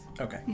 Okay